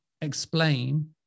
explain